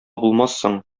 булмассың